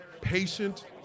patient